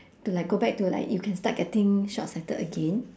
to like go back to like you can start getting short sighted again